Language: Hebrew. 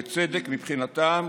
בצדק מבחינתם,